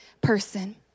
person